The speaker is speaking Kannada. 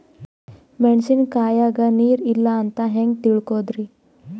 ಮೆಣಸಿನಕಾಯಗ ನೀರ್ ಇಲ್ಲ ಅಂತ ಹೆಂಗ್ ತಿಳಕೋಳದರಿ?